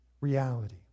reality